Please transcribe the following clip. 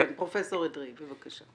פרופ' אדרעי, בבקשה.